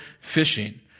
fishing